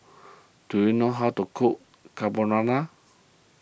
do you know how to cook Carbonara